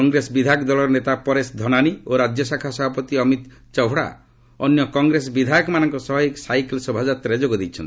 କଂଗ୍ରେସ ବିଧାୟକ ଦଳର ନେତା ପରେଶ ଧନାନି ଓ ରାଜ୍ୟଶାଖା ସଭାପତି ଅମିତ୍ ଚଭ୍ଡ଼ା ଅନ୍ୟ କଂଗ୍ରେସ ବିଧାୟକମାନଙ୍କ ସହ ଏହି ସାଇକେଲ୍ ଶୋଭାଯାତ୍ରାରେ ଯୋଗ ଦେଇଛନ୍ତି